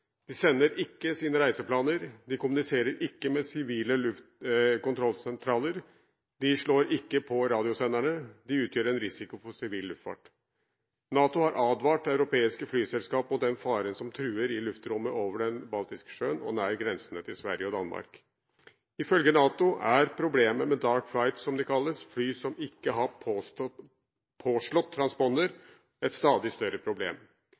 sender ikke inn sine reiseplaner. Man kommuniserer ikke med sivile luftkontrollsentraler. Man slår ikke på radiosenderne. Dette utgjør en risiko for sivil luftfart. NATO har advart europeiske flyselskaper mot den fare som truer i luftrommet over Det baltiske havet og nær grensene til Sverige og Danmark. Ifølge NATO er Dark Flights – som de kalles – fly som ikke har påslått transponder, et stadig større problem.